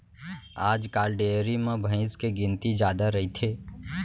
आजकाल डेयरी म भईंस के गिनती जादा रइथे